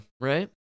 right